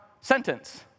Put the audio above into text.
sentence